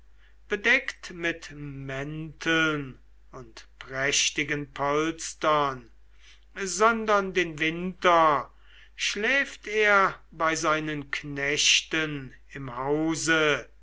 bedeckt mit mänteln und prächtigen polstern sondern den winter schläft er bei seinen knechten im hause